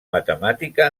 matemàtica